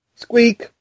Squeak